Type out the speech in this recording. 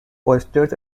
oysters